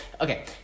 Okay